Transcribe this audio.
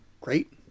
great